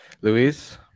Luis